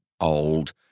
old